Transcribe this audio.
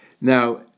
Now